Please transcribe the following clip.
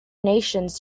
nations